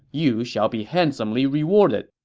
you shall be handsomely rewarded.